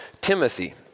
Timothy